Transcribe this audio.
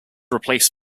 replaced